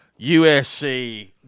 USC